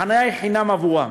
החניה היא חינם עבורם.